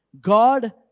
God